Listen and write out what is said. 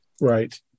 right